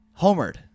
Homered